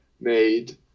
made